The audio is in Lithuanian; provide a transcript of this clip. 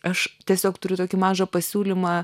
aš tiesiog turiu tokį mažą pasiūlymą